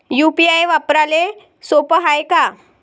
UPI वापराले सोप हाय का?